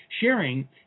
Sharing